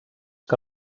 que